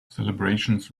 celebrations